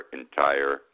entire